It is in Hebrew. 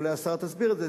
אולי השרה תסביר את זה,